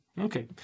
Okay